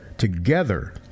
Together